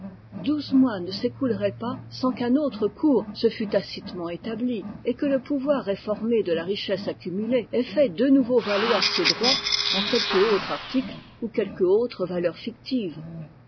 douze mois ne s'écouleraient pas sans qu'un autre cours se fût tacitement établi et que le pouvoir reformé de la richesse accumulée ait fait de nouveau valoir ses droits en quelque autre article ou quelque autre valeur fictive